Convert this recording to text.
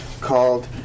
called